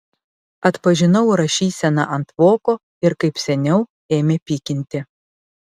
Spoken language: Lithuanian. atpažinau rašyseną ant voko ir kaip seniau ėmė pykinti